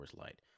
Light